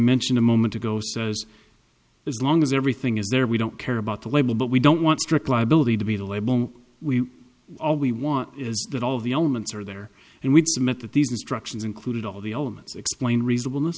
mentioned a moment ago says as long as everything is there we don't care about the label but we don't want strict liability to be the label we all we want is that all of the elements are there and we submit that these instructions include all the elements explain reasonable m